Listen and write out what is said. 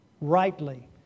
rightly